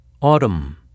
Autumn